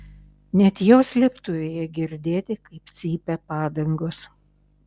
net jos slėptuvėje girdėti kaip cypia padangos